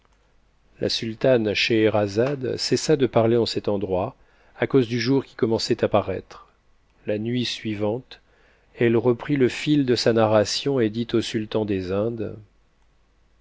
la sultane scheherazade cessa de parler en cet endroit à cause du jour qui commençait à paraître la nuit suivante elle reprit le fil de sa narration et dit au sultan des indes